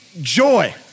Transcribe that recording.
joy